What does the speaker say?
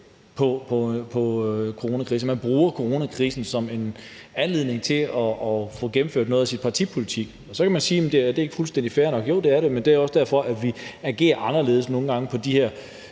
på coronakrisen – man bruger coronakrisen som en anledning til at få gennemført noget af sin partipolitik. Så kan man spørge, om det ikke er fuldstændig fair, og jo, det er det, men det er også derfor, at vi nogle gange agerer